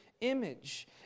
image